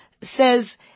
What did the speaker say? says